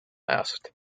asked